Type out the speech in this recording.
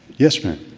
yes ma'am.